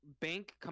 bank